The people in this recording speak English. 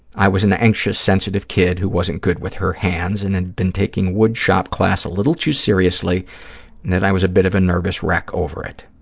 i was an anxious, sensitive kid who wasn't good with her hands and had and been taking woodshop class a little too seriously and that i was a bit of a nervous wreck over it.